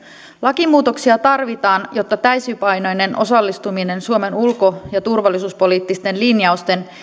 lakimuutoksia tarvitaan jotta täysipainoinen osallistuminen suomen ulko ja turvallisuuspoliittisten linjausten